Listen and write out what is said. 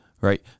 Right